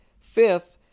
Fifth